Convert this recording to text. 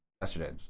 yesterday